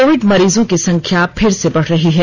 Covid मरीजों की संख्या फिर से बढ़ रही है